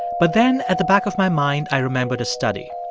but then, at the back of my mind, i remembered a study.